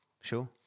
Sure